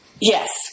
Yes